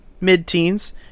mid-teens